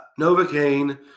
Novocaine